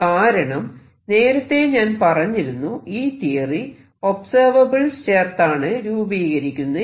കാരണം നേരത്തെ ഞാൻ പറഞ്ഞിരുന്നു ഈ തിയറി ഒബ്സെർവബിൾസ് ചേർത്താണ് രൂപീകരിച്ചിരിക്കുന്നതെന്ന്